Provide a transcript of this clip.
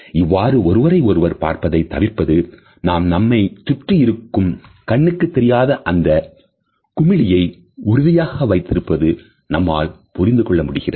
இவ்வாறு ஒருவரை ஒருவர் பார்ப்பதை தவிர்ப்பது நாம் நம்மைச் சுற்றி இருக்கும் கண்ணுக்குத் தெரியாத அந்த குமிழியை உறுதியாக வைத்திருப்பது நம்மால் புரிந்து கொள்ள முடிகிறது